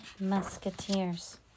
Musketeers